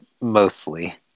mostly